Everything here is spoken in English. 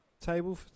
Table